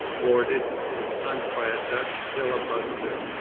boarded, and sunk by a dutch filibuster.